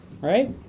right